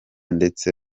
ndetse